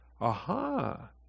Aha